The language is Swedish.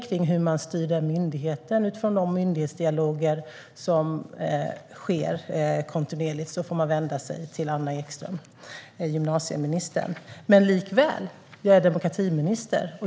Om du, Roger Haddad, vill tala mer om hur den myndigheten styrs, utifrån de myndighetsdialoger som sker kontinuerligt, får du vända dig till gymnasieminister Anna Ekström. Jag är likväl demokratiminister.